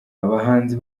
abahanzi